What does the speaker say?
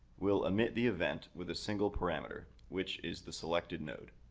we'll emit the event with a single parameter, which is the selected node.